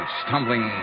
stumbling